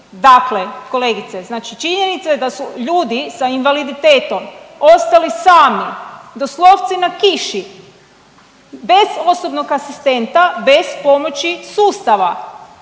dakle kolegice znači činjenica je da su ljudi sa invaliditetom ostali sami doslovce na kiši bez osobnog asistenta, bez pomoći sustava.